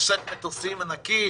כנושאת מטוסים ענקית: